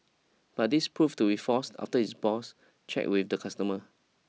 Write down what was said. but this proved to be false after his boss checked with the customers